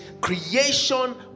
Creation